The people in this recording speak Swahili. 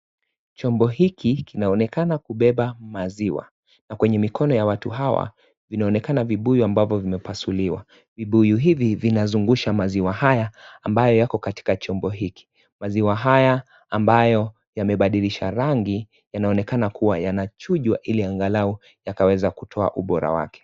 Chombo hiki kinaonekana kubeba maziwa, na kwenye mikono ya watu hawa, vinaonekana vibuyu ambayo zimepasuliwa. Vibuyu hivi vinazungusha maziwa haya ambayo yako katika chombo hiki. Maziwa haya ambayo yamebadilisha rangi yanaonekana kuwa yanachujwa ili angalau yakaweza kutoa ubora wake.